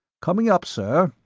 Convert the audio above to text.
coming up, sir,